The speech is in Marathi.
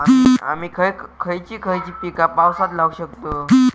आम्ही खयची खयची पीका पावसात लावक शकतु?